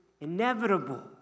inevitable